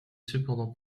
cependant